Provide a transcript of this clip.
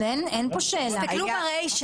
תסתכלו ברישה.